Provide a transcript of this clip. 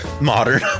Modern